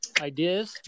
ideas